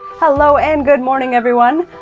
hello, and good morning, everyone.